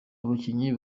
abakinnyi